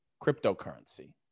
cryptocurrency